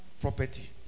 property